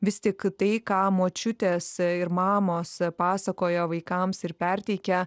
vis tik tai ką močiutės ir mamos pasakoja vaikams ir perteikia